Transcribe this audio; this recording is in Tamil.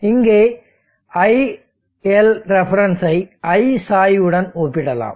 இங்கே iLref ஐ I சாய்வுடன் ஒப்பிடலாம்